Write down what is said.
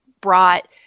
brought